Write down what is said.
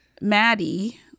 Maddie